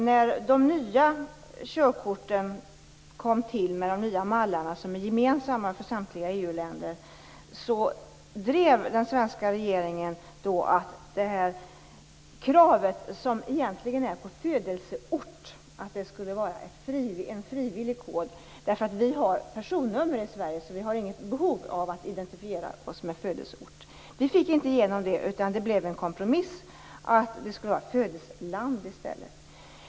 När de nya körkorten kom till, med de nya mallar som är gemensamma för samtliga EU-länder, drev den svenska regeringen att kravet på födelseort skulle vara en frivillig kod. Vi har personnummer i Sverige och har inget behov av att identifiera oss med födelseort. Vi fick inte igenom det. Det blev en kompromiss att man skulle ange födelseland i stället.